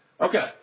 Okay